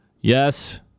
Yes